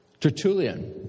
Tertullian